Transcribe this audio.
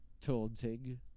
taunting